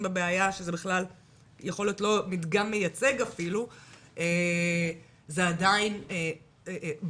בבעיה שיכול להיות שזה אפילו לא מדגם מייצג זו עדיין בעיה